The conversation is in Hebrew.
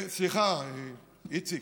איציק,